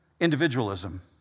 individualism